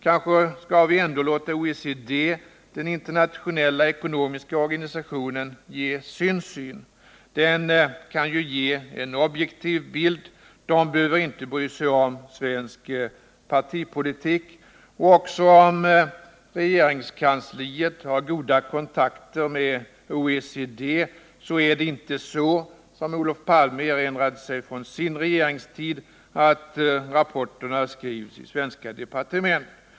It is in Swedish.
Kanske skall vi ändå låta OECD, den internationella ekonomiska organisationen, ge sin syn. Den kan ju ge en objektiv bild och behöver inte bry sig om svensk partipolitik. Också om regeringskansliet har goda kontakter med OECD, är det vidare inte så — som Olof Palme erinrade sig från sin regeringstid — att rapporterna skrivs i svenska departement.